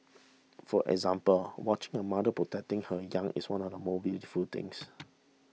for example watching a mother protecting her young is one of the most beautiful things